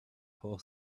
poor